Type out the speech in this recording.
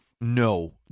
No